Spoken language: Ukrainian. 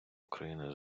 україни